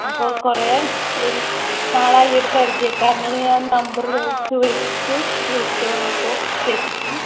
അപ്പോൾ കുറേ നാളായി ഒരു പരിചയക്കാരനോട് ഞാൻ നമ്പർ ചോദിച്ചു വച്ച് വിളിച്ചതാണ് ഇപ്പോൾ ചേച്ചിക്ക്